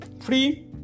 free